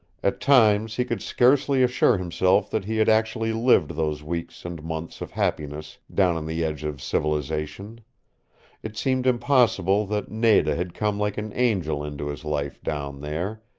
at times he could scarcely assure himself that he had actually lived those weeks and months of happiness down on the edge of civilization it seemed impossible that nada had come like an angel into his life down there,